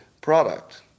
product